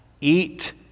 eat